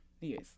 Yes